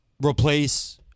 replace